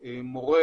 עם מורה.